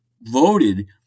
voted